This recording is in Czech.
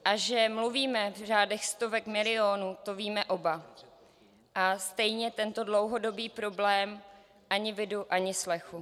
A že mluvíme v řádech stovek milionů, to víme oba, a stejně tento dlouhodobý problém ani vidu, ani slechu.